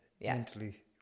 mentally